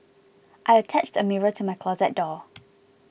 I attached a mirror to my closet door